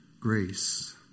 grace